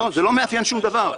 לא, זה לא מאפיין שום דבר.